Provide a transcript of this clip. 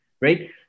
right